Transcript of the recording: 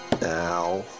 Now